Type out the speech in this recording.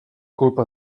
culpa